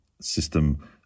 system